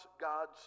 God's